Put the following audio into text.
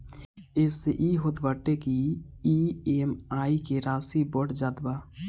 एसे इ होत बाटे की इ.एम.आई के राशी बढ़ जात बा